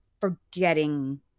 forgetting